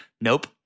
nope